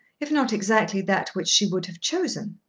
if not exactly that which she would have chosen.